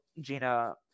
Gina